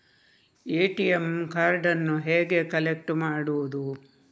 ATM ಕಾರ್ಡನ್ನು ಹೇಗೆ collect ಮಾಡುವುದು?